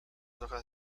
hojas